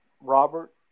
Robert